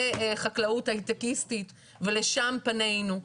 זה חקלאות הייטקיסטית ולשם פנינו.